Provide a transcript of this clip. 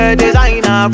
designer